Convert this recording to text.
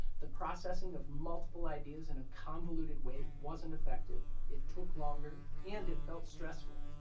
the processing of multiple ideas in a convoluted way wasn't effective. it took longer and it felt stressful.